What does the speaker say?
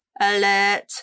Alert